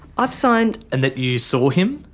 i've signed. and that you saw him?